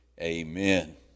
Amen